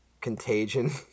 Contagion